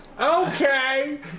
Okay